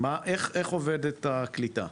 איך עובדת הקליטה,